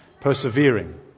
persevering